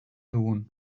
dugun